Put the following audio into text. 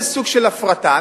זה סוג של הפרטה.